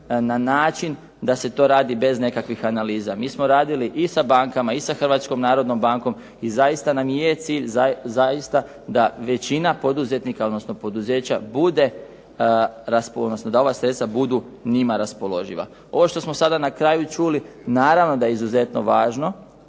na način da se to radi bez nekakvih analiza. Mi smo radili i sa bankama i sa HNB-om i zaista nam je cilj zaista da većina poduzetnika, odnosno poduzeća bude raspoloživa, da ova sredstva budu njima raspoloživa. Ovo što smo sada na kraju čuli naravno da je izuzetno važno